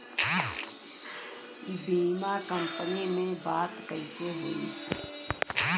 बीमा कंपनी में बात कइसे होई?